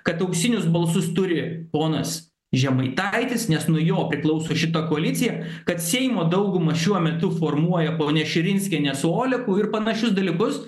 kad auksinius balsus turi ponas žemaitaitis nes nu jo priklauso šita koalicija kad seimo daugumą šiuo metu formuoja ponia širinskienė su oleku ir panašius dalykus